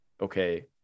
okay